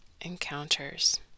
Encounters